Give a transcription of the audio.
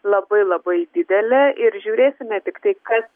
labai labai didelė ir žiūrėsime tiktai kas